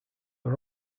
are